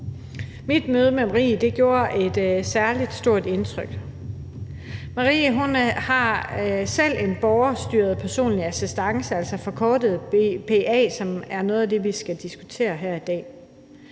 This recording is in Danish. Mit møde med Marie gjorde et særlig stort indtryk. Marie har selv en borgerstyret personlig assistance, altså forkortet BPA, som er noget af det, vi skal diskutere her i dag.